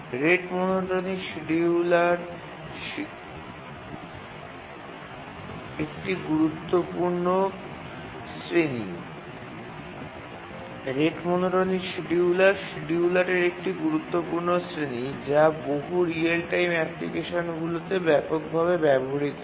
rate monotonic scheduler শিডিয়ুলারের একটি গুরুত্বপূর্ণ শ্রেণি যা বহু রিয়েল টাইম অ্যাপ্লিকেশনগুলিতে ব্যাপকভাবে ব্যবহৃত হয়